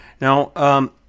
Now